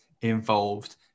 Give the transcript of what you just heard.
involved